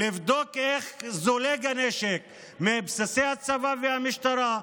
לבדוק איך זולג הנשק מבסיסי הצבא והמשטרה.